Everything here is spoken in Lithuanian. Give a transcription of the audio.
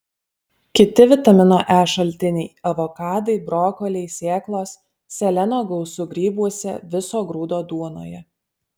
kiti vitamino e šaltiniai avokadai brokoliai sėklos seleno gausu grybuose viso grūdo duonoje